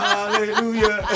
Hallelujah